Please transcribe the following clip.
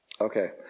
Okay